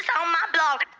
on my blog.